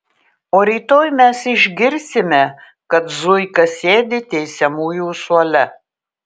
o rytoj mes išgirsime kad zuika sėdi teisiamųjų suole